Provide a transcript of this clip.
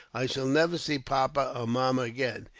i shall never see papa or mamma again.